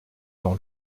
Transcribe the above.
dans